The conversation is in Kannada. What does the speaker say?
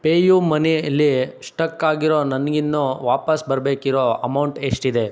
ಪೇ ಯು ಮನೆಯಲ್ಲಿ ಸ್ಟಕ್ ಆಗಿರೋ ನನ್ಗೆ ಇನ್ನೂ ವಾಪಸ್ಸು ಬರಬೇಕಿರೋ ಅಮೌಂಟ್ ಎಷ್ಟಿದೆ